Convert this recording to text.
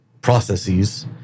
processes